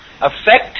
affect